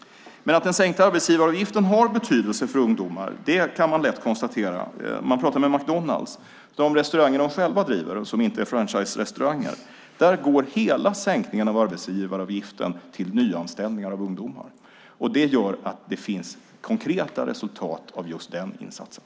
Den sänkta arbetsgivaravgiften har betydelse för ungdomar; det kan man lätt konstatera när man pratar med McDonalds. I de restauranger de själva driver, som inte är franchiserestauranger, går hela sänkningen av arbetsgivaravgiften till nyanställningar av ungdomar. Det gör att det finns konkreta resultat av just den insatsen.